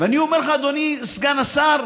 אני אומר לך, אדוני סגן השר,